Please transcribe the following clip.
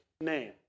name